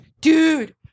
Dude